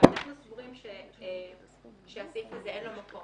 אנחנו סבורים שלסעיף הזה אין מקום.